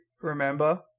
remember